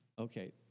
Okay